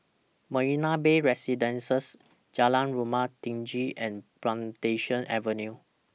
Marina Bay Residences Jalan Rumah Tinggi and Plantation Avenue